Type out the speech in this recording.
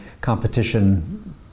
competition